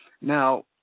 now